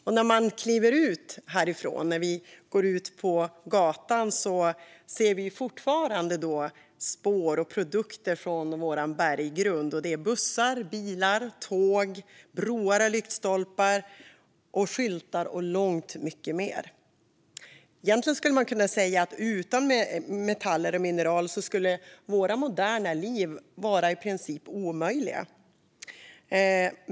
Och när vi kliver ut härifrån riksdagen, när vi går ut på gatan, ser vi fortfarande spår av och produkter som innehåller vår berggrund. Det är bussar, bilar, tåg, broar, lyktstolpar, skyltar och långt mycket mer. Egentligen skulle man kunna säga att våra moderna liv skulle vara i princip omöjliga utan metaller och mineral.